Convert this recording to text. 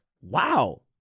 Wow